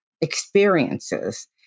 experiences